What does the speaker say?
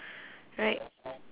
right